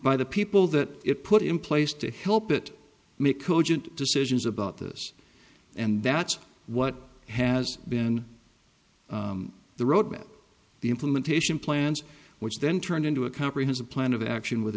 by the people that it put in place to help it make cogent decisions about this and that's what has been the roadmap the implementation plans which then turned into a comprehensive plan of action with